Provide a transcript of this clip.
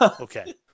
Okay